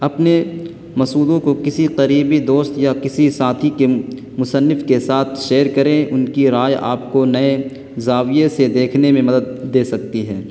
اپنے مصوبوں کو کسی قریبی دوست یا کسی ساتھی کے مصنف کے ساتھ شیئر کریں ان کی رائے آپ کو نئے زاویے سے دیکھنے میں مدد دے سکتی ہے